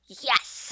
Yes